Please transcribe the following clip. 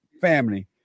family